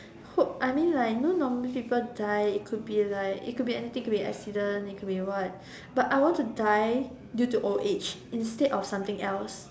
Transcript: hope I mean like know normally people die it could be like it could be anything it could be accident but I want to die due to old age instead of something else